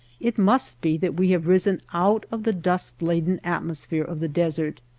it must be that we have risen out of the dust laden atmosphere of the desert.